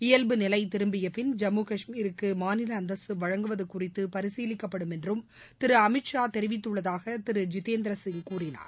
இயல்பு நிலை திரும்பியபின் ஜம்மு காஷ்மீருக்கு மாநில அந்தஸ்த்து வழங்குவது குறித்து பரிசீலிக்கப்படும் என்றும் திரு அமித் ஷா தெரிவித்துள்ளதாக திரு ஜித்தேந்திர சிங் கூறினார்